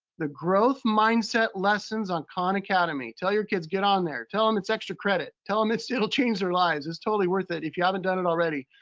the growth mindset lessons on khan academy. tell your kids, get on there. tell them it's extra credit. tell um them it'll change their lives, it's totally worth it if you haven't done it already.